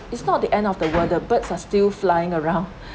it's not the end of the world the birds are still flying around